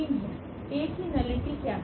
A की नलिटी क्या है